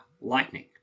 lightning